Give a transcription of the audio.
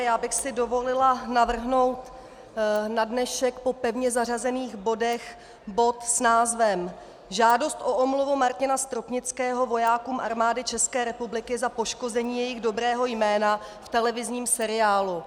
Já bych si dovolila navrhnout na dnešek po pevně zařazených bodech bod s názvem Žádost o omluvu Martina Stropnického vojákům Armády České republiky za poškození jejich dobrého jména v televizním seriálu.